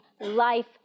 life